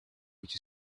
which